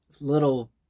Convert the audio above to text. little